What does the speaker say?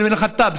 בן אל-ח'טאב.